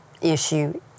issue